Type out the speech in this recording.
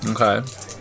Okay